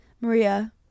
Maria